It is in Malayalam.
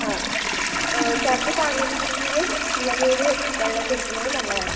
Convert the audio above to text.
ആ ഛർദി പാങ്ങില്ലെങ്കിൽ ഇളനീർ വെള്ളം കൊടുക്കുന്നത് നല്ലതാണ്